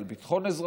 על ביטחון אזרחיה,